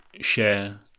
share